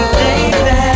baby